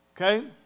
Okay